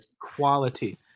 quality